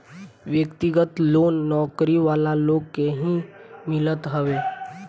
व्यक्तिगत लोन नौकरी वाला लोग के ही मिलत हवे